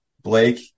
Blake